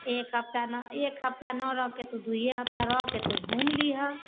एक हप्ता न एक हप्ता न रहके तऽ दूइये हप्ता रहके तू घुमि लिहऽ